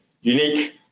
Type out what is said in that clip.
unique